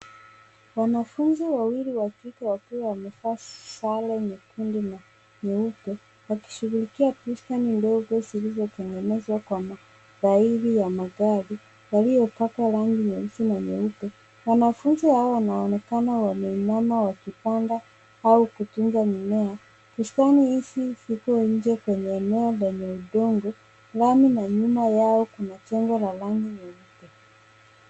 Mwanafunzi wawili wa kike wakiwa wamevaa sare ya nyekundu na nyeupe wakishugulikia bustani ndogo zilizotengezwa kwa matairi ya magari yaliyopakwa rangi nyeusi na nyeupe. Wanafunzi hao wanaonekana wameinama wakipanda au kutunza mimea. Bustani hizi ziko nje kwenye eneo lenye udongo. Ndani na nyuma yao kuna jengo la rangi nyeupe.